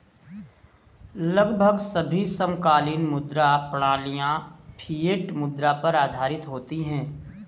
लगभग सभी समकालीन मुद्रा प्रणालियाँ फ़िएट मुद्रा पर आधारित होती हैं